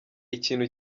ikintu